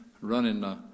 running